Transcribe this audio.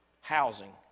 housing